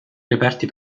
reperti